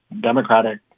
Democratic